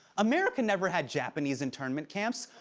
america never had japanese internment camps.